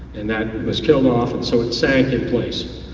and that was killed off and so it sank in place.